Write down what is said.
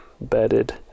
bedded